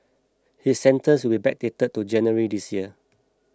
his sentence will be backdated to January this year